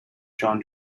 john